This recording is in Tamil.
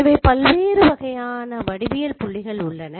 எனவே பல்வேறு வகையான வடிவியல் புள்ளிகள் உள்ளன